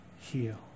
heal